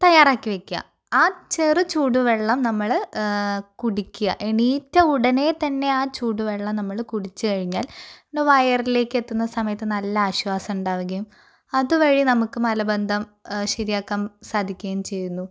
തയ്യാറാക്കി വയ്ക്കുക ആ ചെറു ചൂടുവെള്ളം നമ്മള് കുടിക്കുക എണീറ്റ ഉടനെതന്നെ ആ ചൂടുവെള്ളം നമ്മള് കുടിച്ചുകഴിഞ്ഞാല് നമ്മുടെ വയറിലേക്കെത്തുന്ന സമയത്ത് നല്ല ആശ്വാസം ഉണ്ടാവുകയും അതുവഴി നമുക്ക് മലബന്ധം ശരിയാക്കാന് സാധിക്കുകയും ചെയ്യുന്നു